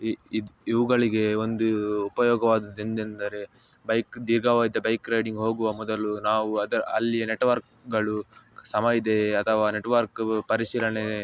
ಈ ಇದು ಇವುಗಳಿಗೆ ಒಂದು ಉಪಯೋಗವಾದುದೆನೆಂದರೆ ಬೈಕ್ ದೀರ್ಘಾವಧಿಯ ಬೈಕ್ ರೈಡಿಂಗ್ ಹೋಗುವ ಮೊದಲು ನಾವು ಅದು ಅಲ್ಲಿಯ ನೆಟ್ವರ್ಕ್ಗಳು ಸಮಯಿದೆಯೇ ಅಥವಾ ನೆಟ್ವರ್ಕ್ ಪರಿಶೀಲನೆ